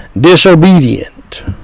Disobedient